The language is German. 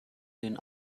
den